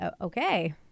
okay